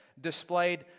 displayed